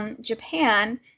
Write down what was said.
Japan